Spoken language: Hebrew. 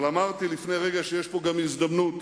אבל אמרתי לפני רגע שיש פה גם הזדמנות,